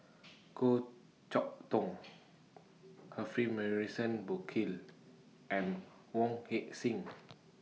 Goh Chok Tong Humphrey Morrison Burkill and Wong Heck Sing